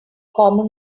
common